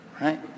right